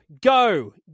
go